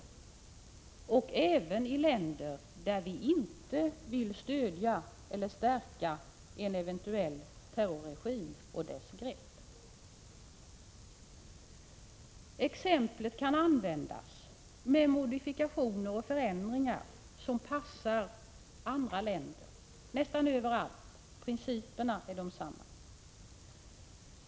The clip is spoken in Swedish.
Detta exempel på biståndsarbete gäller även länder där vi inte vill stödja eller stärka en eventuell terrorregim och dess grepp. Det kan med modifikationer och förändringar användas för biståndsarbetet i de flesta andra mottagarländer — principerna är desamma.